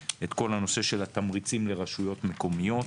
את כל הנושא של התמריצים לרשויות מקומיות,